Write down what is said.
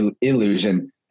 illusion